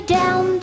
down